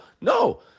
no